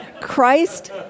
Christ